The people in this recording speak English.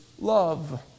love